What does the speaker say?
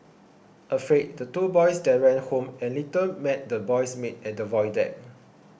afraid the two boys then ran home and later met the boy's maid at the void deck